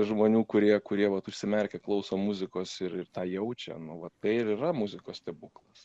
žmonių kurie kurie vat užsimerkę klauso muzikos ir ir tą jaučia nu vat tai ir yra muzikos stebuklas